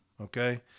Okay